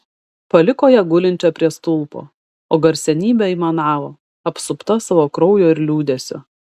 paliko ją gulinčią prie stulpo o garsenybė aimanavo apsupta savo kraujo ir liūdesio